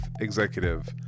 Executive